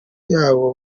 yabo